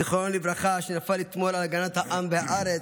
זיכרונו לברכה, שנפל אתמול על הגנת העם והארץ,